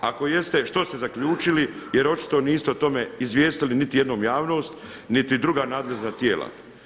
Ako jeste što ste zaključili, jer očito niste o tome izvijestili niti jednom javnost, niti druga nadležna tijela.